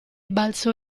balzò